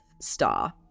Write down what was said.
star